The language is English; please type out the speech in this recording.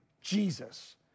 Jesus